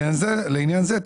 לעניין זה,